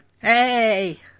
Hey